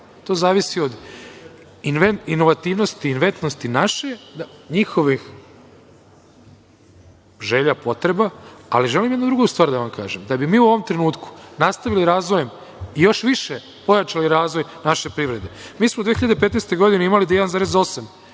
to zavisi od inovativnsti, inventnosti naše, njihovih želja, potreba. Ali, želim jednu drugu stvar da kažem. Da bi mi u ovom trenutku nastavili razvoj i još više pojačali razvoj naše privrede, mi smo u 2015. godini imali do 1,8